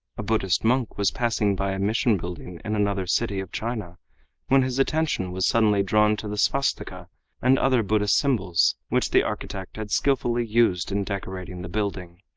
a buddhist monk was passing by a mission building in another city' of china when his attention was suddenly drawn to the svastika and other buddhist symbols which the architect had skilfully used in decorating the building.